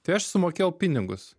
tai aš sumokėjau pinigus